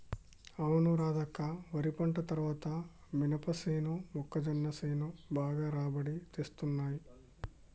అవును రాధక్క వరి పంట తర్వాత మినపసేను మొక్కజొన్న సేను బాగా రాబడి తేత్తున్నయ్